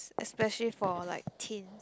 es~ especially for like teens